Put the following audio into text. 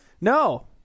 No